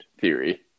theory